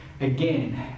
again